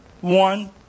One